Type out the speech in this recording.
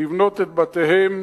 לבנות את בתיהם,